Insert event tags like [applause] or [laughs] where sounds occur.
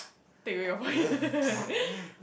take away your point [laughs]